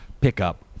pickup